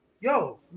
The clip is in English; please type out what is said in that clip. yo